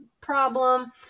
problem